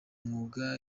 mwuga